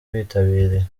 bitabiriye